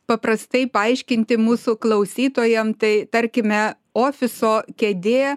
paprastai paaiškinti mūsų klausytojam tai tarkime ofiso kėdė